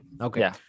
okay